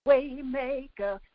Waymaker